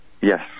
Yes